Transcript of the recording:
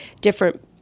different